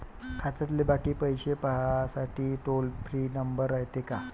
खात्यातले बाकी पैसे पाहासाठी टोल फ्री नंबर रायते का?